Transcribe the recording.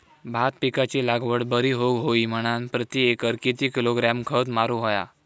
भात पिकाची लागवड बरी होऊक होई म्हणान प्रति एकर किती किलोग्रॅम खत मारुक होया?